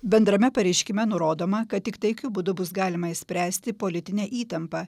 bendrame pareiškime nurodoma kad tik taikiu būdu bus galima išspręsti politinę įtampą